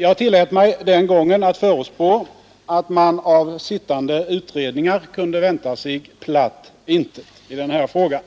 Jag tillät mig den gången att förutspå att man av sittande utredningar kunde vänta sig platt intet i den här frågan.